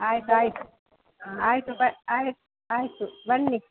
ಆಯ್ತು ಆಯ್ತು ಆಯಿತು ಬ ಆಯ್ತು ಆಯಿತು ಬನ್ನಿ